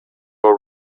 were